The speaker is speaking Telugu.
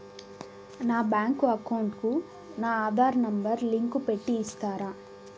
నా బ్యాంకు అకౌంట్ కు నా ఆధార్ నెంబర్ లింకు పెట్టి ఇస్తారా?